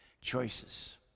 Choices